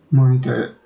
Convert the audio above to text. monitor it